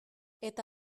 eta